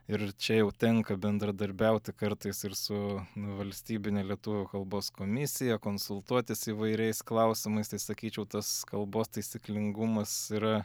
ir čia jau tenka bendradarbiauti kartais ir su nu valstybine lietuvių kalbos komisija konsultuotis įvairiais klausimais tai sakyčiau tas kalbos taisyklingumas yra